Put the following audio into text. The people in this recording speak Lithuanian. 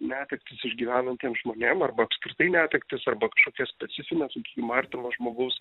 netektis išgyvenantiem žmonėm arba apskritai netektis arba kažkokias specifines sakykim artimo žmogaus